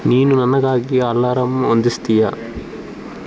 ನೀನು ನನಗಾಗಿ ಅಲಾರಂ ಹೊಂದಿಸ್ತೀಯಾ